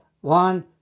one